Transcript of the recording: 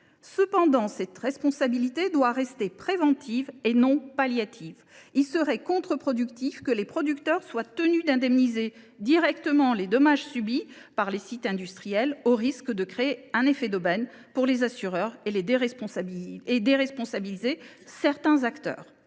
Cependant, cette responsabilité doit rester préventive et non palliative. Il serait contre productif que les producteurs soient tenus d’indemniser directement les dommages subis par les sites industriels au risque de créer un effet d’aubaine pour les assureurs et de déresponsabiliser certains acteurs.